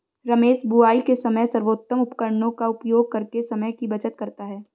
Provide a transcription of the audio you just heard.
रमेश बुवाई के समय सर्वोत्तम उपकरणों का उपयोग करके समय की बचत करता है